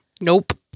Nope